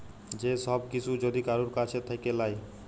যে সব কিসু যদি কারুর কাজ থাক্যে লায়